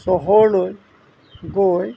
চহৰলৈ গৈ